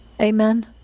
Amen